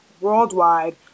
worldwide